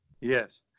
Yes